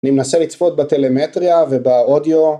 אני מנסה לצפות בטלמטריה ובאודיו